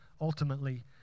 ultimately